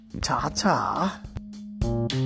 Ta-ta